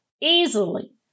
easily